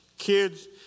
Kids